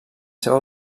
seva